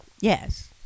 Yes